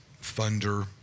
thunder